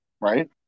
right